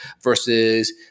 versus—